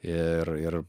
ir ir